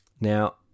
Now